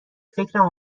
فکرم